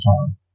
time